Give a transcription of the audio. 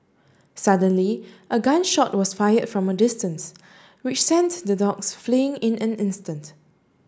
suddenly a gun shot was fired from a distance which sent the dogs fleeing in an instant